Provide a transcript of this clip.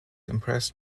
impressed